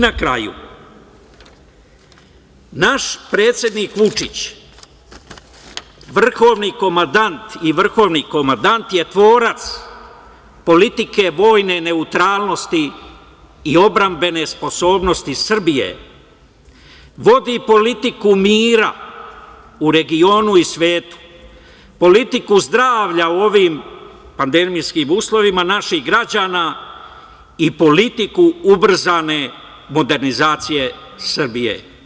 Na kraju, naš predsednik Vučić, vrhovni komadant i vrhovni komadant je tvorac politike vojne neutralnosti i odbrambene sposobnosti Srbije, vodi politiku mira u regionu i svetu, politiku zdravlja u ovim pandemijskim uslovima naših građana i politiku ubrzane modernizacije Srbije.